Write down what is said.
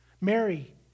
Mary